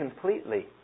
completely